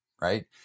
right